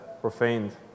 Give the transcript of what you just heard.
profaned